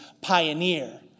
pioneer